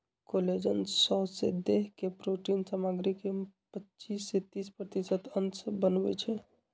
collagen सौसे देह के प्रोटिन सामग्री के पचिस से तीस प्रतिशत अंश बनबइ छइ